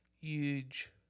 huge